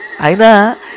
Aina